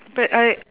but I